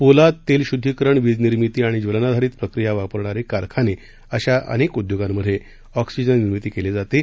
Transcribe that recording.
पोलाद तेलशुद्धिकरण वीजनिर्मिती आणि ज्वलनाधारित प्रक्रीया वापरणारे कारखाने अशा अनेक उद्योगांमधे ऑक्सीजन निर्मिती केली जाते